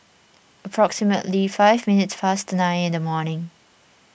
approximately five minutes past nine in the morning